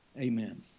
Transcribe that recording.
Amen